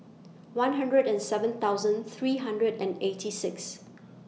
one hundred and seven thousand three hundred and eighty six